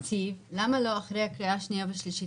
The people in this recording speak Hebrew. אז למה לא אחרי הקריאה השנייה והשלישית